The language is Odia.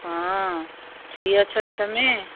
ହଁ ଫ୍ରି ଅଛ କି ତମେ